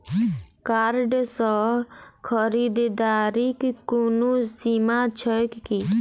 Card सँ खरीददारीक कोनो सीमा छैक की?